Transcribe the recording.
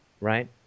right